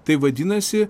tai vadinasi